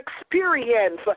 experience